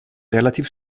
relativ